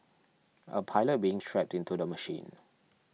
a pilot being strapped into the machine